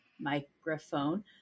microphone